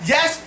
Yes